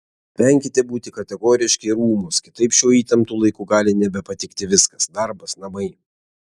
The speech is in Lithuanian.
venkite būti kategoriški ir ūmūs kitaip šiuo įtemptu laiku gali nebepatikti viskas darbas namai